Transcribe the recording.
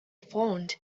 phoned